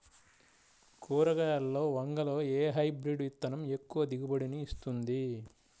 కూరగాయలలో వంగలో ఏ హైబ్రిడ్ విత్తనం ఎక్కువ దిగుబడిని ఇస్తుంది?